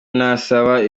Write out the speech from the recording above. nasaba